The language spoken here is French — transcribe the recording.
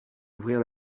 ouvrir